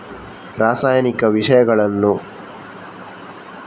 ರಾಸಾಯನಿಕ ವಿಷಗಳನ್ನು ವಿಮಾನಗಳ ಮೂಲಕ ಸಿಂಪಡಿಸುವುದರಿಂದ ಆಗುವ ಲಾಭವೇನು?